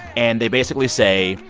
and they basically say,